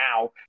now